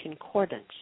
concordance